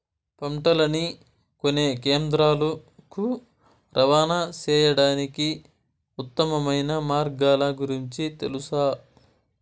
పంటలని కొనే కేంద్రాలు కు రవాణా సేయడానికి ఉత్తమమైన మార్గాల గురించి తెలుసా?